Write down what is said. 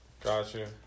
Gotcha